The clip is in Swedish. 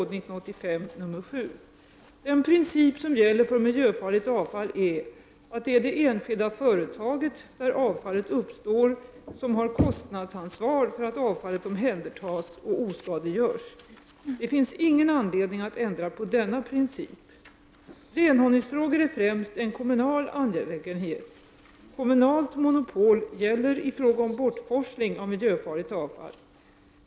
Den princip som gäller för miljöfarligt avfall är att det är det enskilda företaget, där avfallet uppstår, som har kostnadsansvar för att avfallet omhändertas och oskadliggörs. Det finns ingen anledning att ändra på denna princip. Renhållningsfrågor är främst en kommunal angelägenhet. Kommunalt monopol gäller i fråga om bortforsling av miljöfarligt avfall.